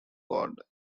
god